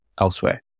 elsewhere